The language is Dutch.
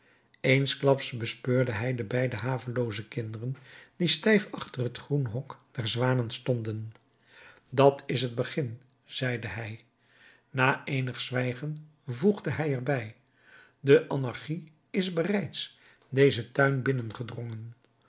eensklaps bespeurde hij de beide havelooze kinderen die stijf achter het groene hok der zwanen stonden dat is het begin zeide hij na eenig zwijgen voegde hij er bij de anarchie is bereids dezen tuin binnengedrongen